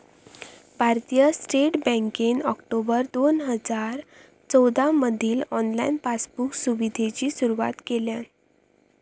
भारतीय स्टेट बँकेन ऑक्टोबर दोन हजार चौदामधी ऑनलाईन पासबुक सुविधेची सुरुवात केल्यान